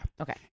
okay